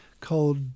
called